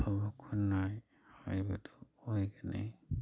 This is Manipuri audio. ꯑꯐꯕ ꯈꯨꯟꯅꯥꯏ ꯍꯥꯏꯕꯗꯨ ꯑꯣꯏꯒꯅꯤ